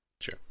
Sure